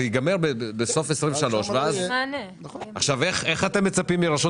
זה ייגמר בסוף 2023. איך אתם מצפים מרשות